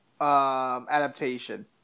adaptation